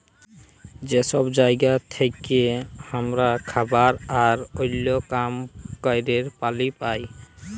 যে সব জায়গা থেক্যে হামরা খাবার আর ওল্য কাম ক্যরের পালি পাই